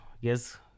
Yes